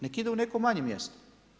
Neka ide u neko manje mjesto.